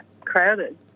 crowded